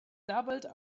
doubled